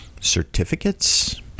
certificates